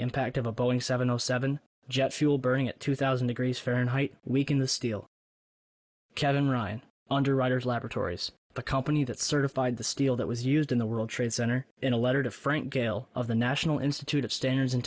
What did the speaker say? impact of a boeing seven zero seven jet fuel burning at two thousand degrees fahrenheit weaken the steel kevin ryan underwriter's laboratories a company that certified the steel that was used in the world trade center in a letter to frank gayle of the national institute of standards and